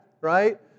right